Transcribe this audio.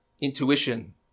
intuition